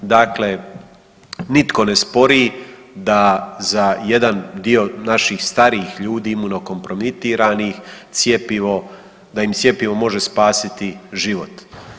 Dakle, nitko ne spori da za jedan dio naših starijih ljudi imuno kompromitiranih cjepivo, da im cjepivo može spasiti život.